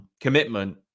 commitment